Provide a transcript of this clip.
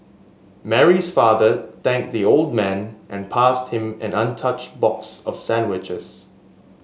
Mary's father thanked the old man and passed him an untouched box of sandwiches